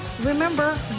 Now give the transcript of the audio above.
remember